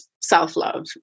self-love